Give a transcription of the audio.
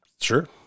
Sure